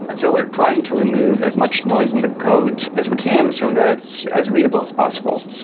and so we're trying to remove as much noise in the code as we can so that it's as readable as possible.